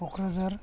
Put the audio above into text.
Kokrajhar